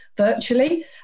virtually